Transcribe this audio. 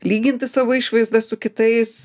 lyginti savo išvaizdą su kitais